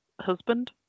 husband